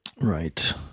Right